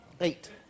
Eight